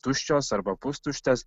tuščios arba pustuštės